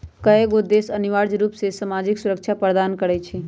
कयगो देश अनिवार्ज रूप से सामाजिक सुरक्षा प्रदान करई छै